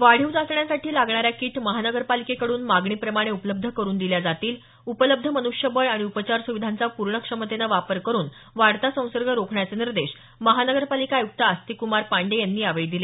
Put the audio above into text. वाढीव चाचण्यांसाठी लागणाऱ्या किट महानगरपालिकेकड्रन मागणीप्रमाणे उपलब्ध करून दिल्या जातील उपलब्ध मन्ष्यबळ आणि उपचार सुविधांचा पूर्ण क्षमतेने वापर करून वाढता संसर्ग रोखण्याचे निर्देश महानगरपालिका आयुक्त आस्तिकक्मार पाण्डेय यांनी यावेळी दिले